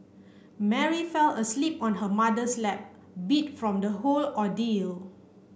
Mary fell asleep on her mother's lap beat from the whole ordeal